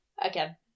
Again